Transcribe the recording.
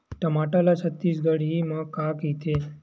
टमाटर ला छत्तीसगढ़ी मा का कइथे?